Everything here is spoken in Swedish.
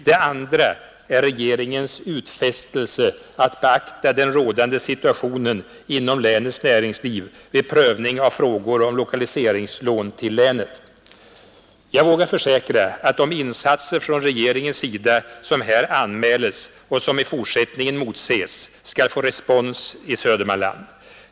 Det andra är regeringens utfästelse att beakta den rådande situationen inom länets näringsliv vid prövning av frågor om lokaliseringslån till länet. Jag vågar försäkra att de insatser från regeringens sida som här anmäles och som i fortsättningen motses skall få respons i Södermanland.